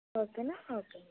ఓకేనా ఓకే